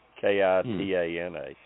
K-I-T-A-N-A